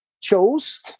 chose